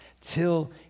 till